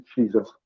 Jesus